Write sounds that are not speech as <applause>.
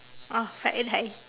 oh fried rice <laughs>